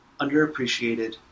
underappreciated